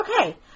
Okay